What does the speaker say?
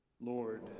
Lord